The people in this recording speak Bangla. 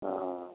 ও